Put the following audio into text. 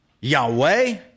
Yahweh